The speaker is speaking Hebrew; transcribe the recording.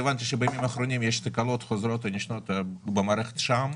הבנתי שבימים האחרונים יש תקלות חוזרות ונשנות במערכת שע"ם,